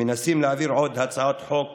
מנסים להעביר עוד הצעות חוק